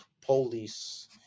police